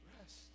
rest